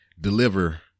deliver